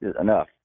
enough